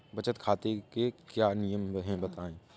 बचत खाते के क्या नियम हैं बताएँ?